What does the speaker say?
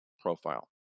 profile